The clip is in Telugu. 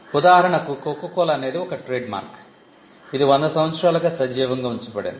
ఉదాహరణకు కోకాకోలా అనేది ఒక ట్రేడ్మార్క్ ఇది 100 సంవత్సరాలుగా సజీవంగా ఉంచబడింది